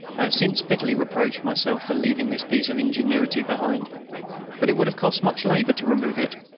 i have since bitterly reproached myself for leaving this piece of ingenuity behind but it would have cost much labor to remove it,